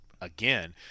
again